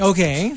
Okay